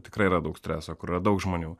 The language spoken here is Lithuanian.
tikrai yra daug streso kur yra daug žmonių